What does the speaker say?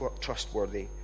trustworthy